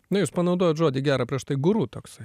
na jūs panaudojot žodį gerą prieš tai guru toksai